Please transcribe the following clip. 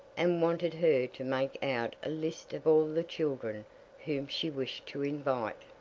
and wanted her to make out a list of all the children whom she wished to invite.